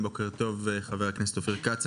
בוקר טוב חבר הכנסת אופיר כץ,